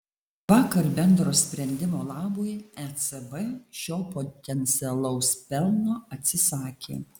vakar bendro sprendimo labui ecb šio potencialaus pelno atsisakė